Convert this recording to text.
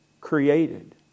created